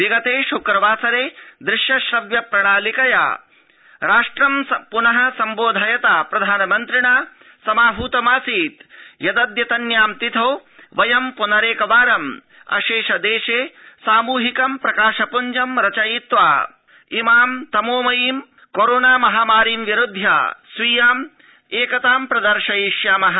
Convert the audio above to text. विगते श्क्रवासरे दृश्य श्रव्य प्रणालिकया राष्ट्रं प्नः समुद्रोधयता प्रधानमन्त्रिणा समाहूतमासीत् यदद्यतन्यां तिथौ वयम् पुनरेकवारम् अशेष देशे सामूहिक प्रकाश पूञ्जं रचयित्वा इमां तमोमयीं कोरोना महामारीं विरुध्य स्वीयाम् अखण्डाम् एकतां प्रदर्शयिष्यामः